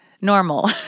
normal